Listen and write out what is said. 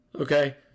Okay